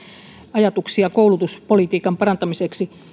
ajatuksia koulutuspolitiikan parantamiseksi